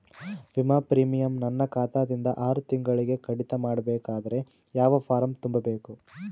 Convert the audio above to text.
ವಿಮಾ ಪ್ರೀಮಿಯಂ ನನ್ನ ಖಾತಾ ದಿಂದ ಆರು ತಿಂಗಳಗೆ ಕಡಿತ ಮಾಡಬೇಕಾದರೆ ಯಾವ ಫಾರಂ ತುಂಬಬೇಕು?